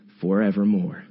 forevermore